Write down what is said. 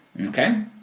okay